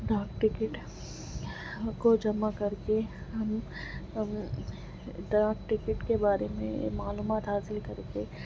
ڈاک ٹکٹ کو جمع کر کے ہم ڈاک ٹکٹ کے بارے میں معلومات حاصل کر کے